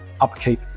upkeep